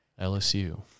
LSU